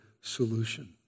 solution